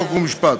חוק ומשפט.